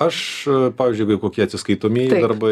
aš pavyzdžiui kokie atsiskaitomieji darbai